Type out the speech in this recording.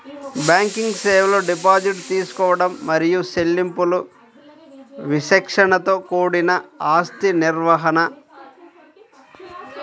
banking సేవలు deposit తీసుకోవడం మరియు చెల్లింపులు విచక్షణతో కూడిన ఆస్తి నిర్వహణ,